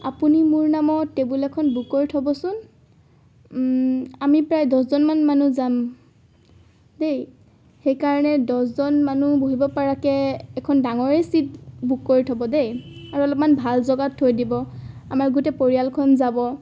আপুনি মোৰ নামত টেবুল এখন বুক কৰি থ'বচোন আমি প্ৰায় দহজনমান মানুহ যাম দেই সেইকাৰণে দহজন মানুহ বহিবপৰাকৈ এখন ডাঙৰেই ছিট বুক কৰি থ'ব দেই আৰু অলপমান ভাল জেগাত থৈ দিব আমাৰ গোটেই পৰিয়ালখন যাব